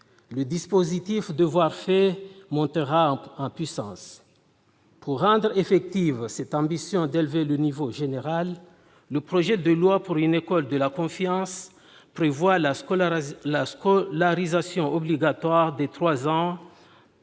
Le dispositif « Devoirs faits » montera en puissance. Pour rendre effective cette ambition d'élever le niveau général, le projet de loi pour une école de la confiance prévoit la scolarisation obligatoire dès trois ans